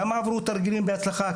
כמה עברו תרגילים בהצלחה,